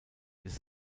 ist